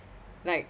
like